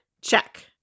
Check